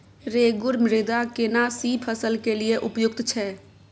रेगुर मृदा केना सी फसल के लिये उपयुक्त छै?